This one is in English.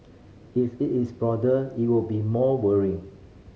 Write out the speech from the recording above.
if it is broader it would be more worrying